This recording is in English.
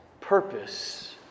purpose